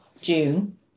June